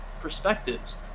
perspectives